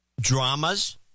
dramas